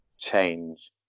change